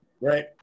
right